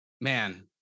man